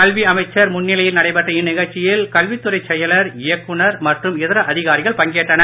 கல்வி அமைச்சர் முன்னிலையில் நடைபெற்ற இந்நிகழ்ச்சியில் கல்வித்துறைச் செயலர் இயக்குநர் மற்றும் இதர அதிகாரிகள் பங்கேற்றனர்